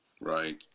Right